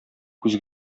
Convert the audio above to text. күз